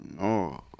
No